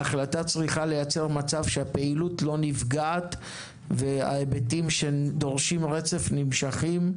ההחלטה צריכה לייצר מצב שהפעילות לא נפגעת וההיבטים שדורשים רצף נמשכים.